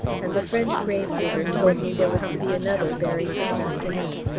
and the french gravedigger told me there was to be another buried this afternoon.